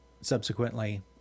subsequently